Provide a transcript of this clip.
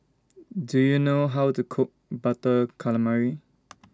Do YOU know How to Cook Butter Calamari